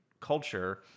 culture